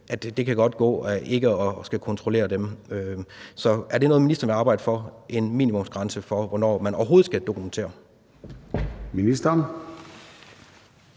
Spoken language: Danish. at det godt kan gå ikke at skulle kontrollere dem? Er det noget, ministeren vil arbejde for, altså en minimumsgrænse for, hvornår man overhovedet skal dokumentere?